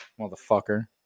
motherfucker